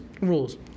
Rules